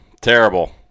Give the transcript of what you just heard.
Terrible